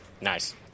Nice